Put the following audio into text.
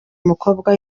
umukobwa